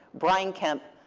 brian kemp,